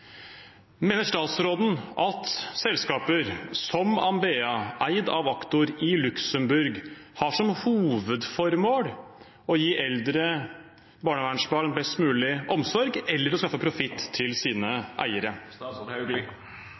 Mener statsråden at selskaper som Ambea, eid av Actor i Luxembourg, har som hovedformål å gi eldre og barnevernsbarn best mulig omsorg eller å skaffe profitt til sine eiere?